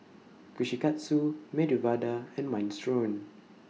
Kushikatsu Medu Vada and Minestrone